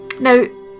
Now